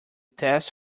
test